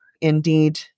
Indeed